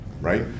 right